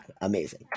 amazing